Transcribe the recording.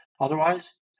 Otherwise